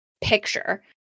picture